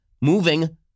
moving